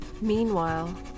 Meanwhile